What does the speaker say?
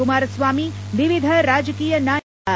ಕುಮಾರಸ್ವಾಮಿ ವಿವಿಧ ರಾಜಕೀಯ ನಾಯಕರ ಸ್ವಾಗತ